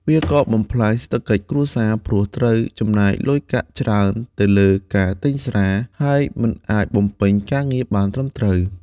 វាក៏បំផ្លាញសេដ្ឋកិច្ចគ្រួសារ ព្រោះត្រូវចំណាយលុយកាក់ច្រើនទៅលើការទិញស្រា ហើយមិនអាចបំពេញការងារបានត្រឹមត្រូវ។